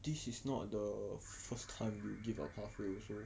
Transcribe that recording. this is not the first time you give up halfway also